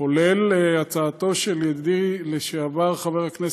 כולל הצעתו של ידידי, לשעבר חבר הכנסת,